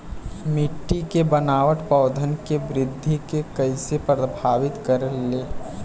मिट्टी के बनावट पौधन के वृद्धि के कइसे प्रभावित करे ले?